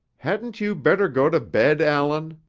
hadn't you better go to bed, allan?